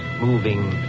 moving